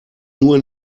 nur